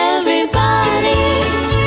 Everybody's